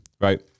right